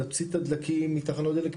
להוציא את הדלקים מתחנות דלק פיראטיות.